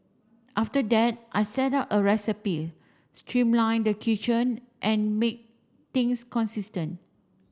after that I set up a recipe streamline the kitchen and make things consistent